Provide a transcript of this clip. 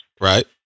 Right